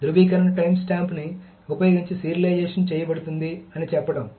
ధ్రువీకరణ టైమ్స్టాంప్ని ఉపయోగించి సీరియలైజేషన్ చేయబడుతుంది అని చెప్పడం